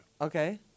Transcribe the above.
Okay